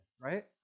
right